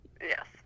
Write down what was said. Yes